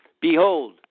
Behold